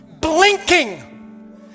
blinking